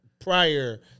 prior